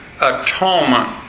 atonement